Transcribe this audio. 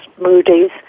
Moody's